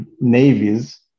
navies